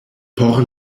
por